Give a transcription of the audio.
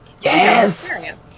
yes